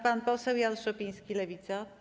Pan poseł Jan Szopiński, Lewica.